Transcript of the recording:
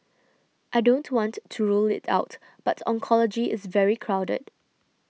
I don't want to rule it out but oncology is very crowded